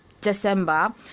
December